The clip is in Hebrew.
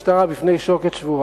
לא להעמיד את המשטרה בפני שוקת שבורה,